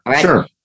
Sure